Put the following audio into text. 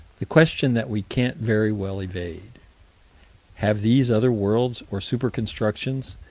the question that we can't very well evade have these other worlds, or super-constructions,